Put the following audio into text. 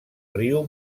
riu